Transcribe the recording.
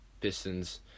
Pistons